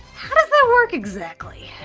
how does that work exactly?